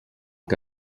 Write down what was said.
que